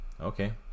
okay